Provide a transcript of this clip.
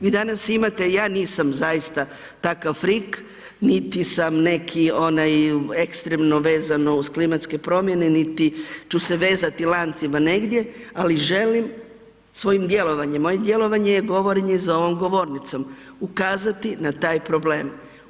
Vi danas imate, ja nisam zaista takav frik, niti sam neki onaj ekstremno vezano uz klimatske promjene, niti ću se vezati lancima negdje ali želim svojim djelovanjem, moje djelovanje je govorenje za ovom govornicom, ukazati na taj problem.